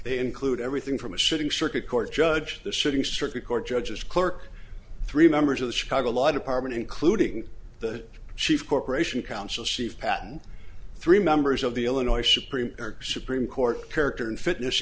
they include everything from a sitting circuit court judge the sitting circuit court judges clerk three members of the chicago lot apartment including the chief corporation council chief patton three members of the illinois supreme supreme court character and fitness